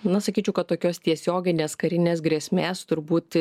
na sakyčiau kad tokios tiesioginės karinės grėsmės turbūt